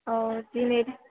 दिनै